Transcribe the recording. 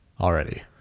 already